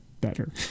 better